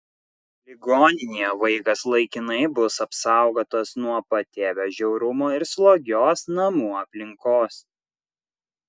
ligoninėje vaikas laikinai bus apsaugotas nuo patėvio žiaurumo ir slogios namų aplinkos